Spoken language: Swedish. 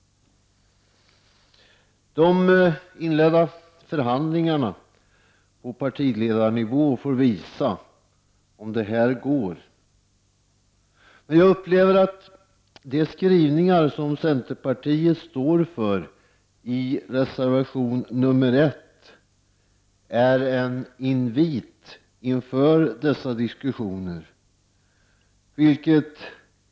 De inledda förhandlingarna på partiledarnivå får visa om det går, men jag upplever att de skrivningar som centerpartiet står för i reservation 1 är en invit inför dessa diskussioner.